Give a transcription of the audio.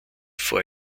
vor